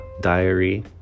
diary